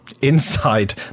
Inside